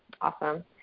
Awesome